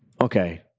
okay